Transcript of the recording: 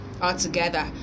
altogether